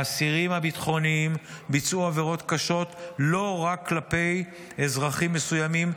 האסירים הביטחוניים ביצעו עבירות קשות לא רק כלפי אזרחים מסוימים,